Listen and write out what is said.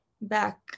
back